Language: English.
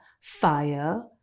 fire